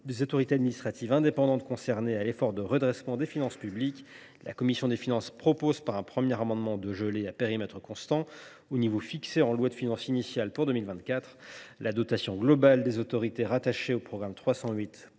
d’assurer une contribution des AAI concernées à l’effort de redressement des finances publiques, la commission des finances propose, par un premier amendement, de geler, à périmètre constant, au niveau fixé en loi de finances initiale pour 2024 la dotation globale des autorités rattachées au programme 308